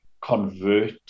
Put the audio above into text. convert